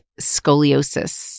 scoliosis